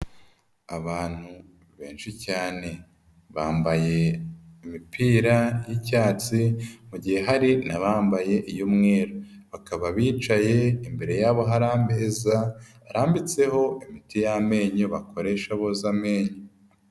Abantu benshi cyane bambaye imipira y'icyatsi mu gihe hari n'abambaye iy'umweru, bakaba bicaye imbere yabo hari ameza arambitseho imiti y'amenyo bakoresha boza amenyo.